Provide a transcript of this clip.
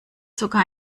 sogar